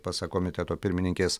pasak komiteto pirmininkės